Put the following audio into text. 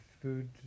food